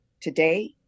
today